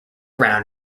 round